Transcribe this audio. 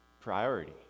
priority